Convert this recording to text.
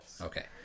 Okay